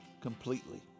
completely